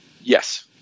Yes